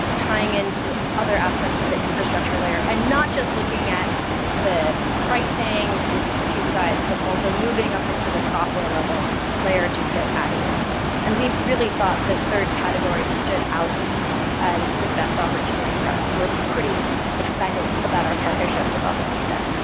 tying into other aspects of the infrastructure layer and not just looking at the pricing and compute size, but also moving up into the software level layer to get added insights. and we really thought this third category stood out as the best opportunity for us, and we're pretty excited about our partnership with opsani there.